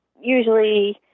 usually